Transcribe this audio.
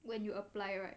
when you apply right